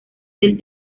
del